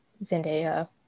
Zendaya